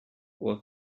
what